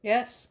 Yes